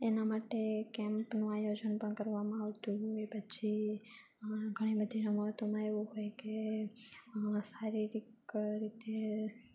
એના માટે કેમ્પનું આયોજન પણ કરવામાં આવતું હોય પછી ઘણી બધી રમતોમાં એવું હોય કે શારીરિક રીતે